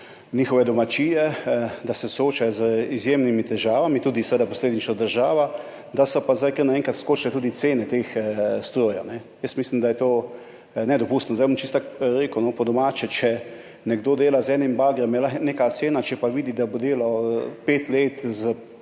njihove domačije, ki se soočajo z izjemnimi težavami, posledično tudi država [v težavah], da so pa zdaj kar naenkrat skočile tudi cene teh strojev. Jaz mislim, da je to nedopustno. Zdaj bom rekel čisto tako po domače, če nekdo dela z enim bagrom, je lahko neka cena, če pa vidi, da bo delal pet let